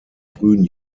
frühen